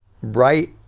right